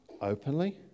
openly